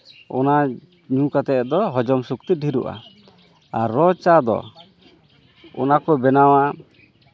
ᱚᱱᱟ ᱧᱩ ᱠᱟᱛᱮᱫ ᱫᱚ ᱦᱚᱡᱚᱢ ᱥᱚᱠᱛᱤ ᱰᱷᱮᱨᱚᱜᱼᱟ ᱟᱨ ᱨᱚ ᱪᱟ ᱫᱚ ᱚᱱᱟ ᱠᱚ ᱵᱮᱱᱟᱣᱟ